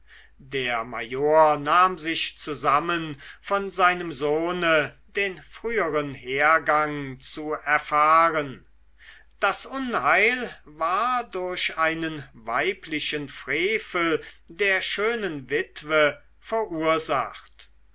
der major nahm sich zusammen von seinem sohne den früheren hergang zu erfahren das unheil war durch einen weiblichen frevel der schönen witwe verursacht